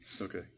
Okay